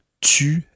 tu